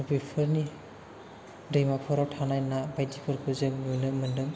बेफोरनि दैमाफोराव थानाय ना बायदिफोरखौ जों नुनो मोनदों